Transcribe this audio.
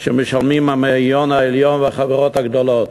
שמשלמים המאיון העליון והחברות הגדולות.